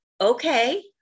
okay